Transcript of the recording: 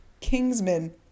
Kingsman